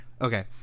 Okay